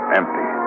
empty